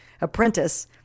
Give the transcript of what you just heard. apprentice